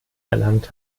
erlangt